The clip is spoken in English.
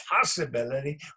possibility